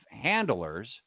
handlers